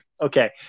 Okay